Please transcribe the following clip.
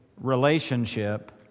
relationship